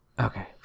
Okay